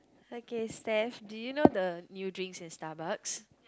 okay Steph do you know the new drinks in Starbucks